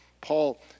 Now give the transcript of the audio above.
Paul